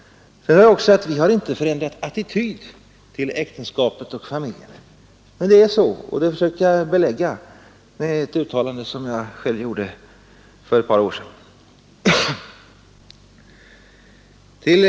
Vi har inte förändrat attityd till äktenskapet och familjen. Det försökte jag belägga med ett citat av ett uttalande som jag själv gjorde för ett par år sedan.